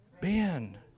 Ben